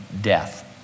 death